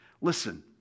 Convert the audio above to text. Listen